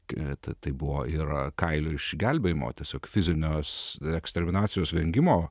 kad tai buvo yra kailio išgelbėjimo tiesiog fizinės ekstrevenacijos vengimo